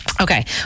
Okay